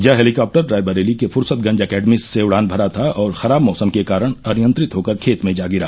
यह हेलीकॉप्टर रायबरेली के फुरसतगंज एकेडमी से उड़ान भरा था और खराब मौसम के कारण अनियंत्रित होकर खेत में जा गिरा